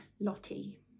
Lottie